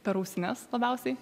per ausines labiausiai